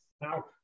now